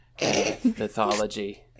mythology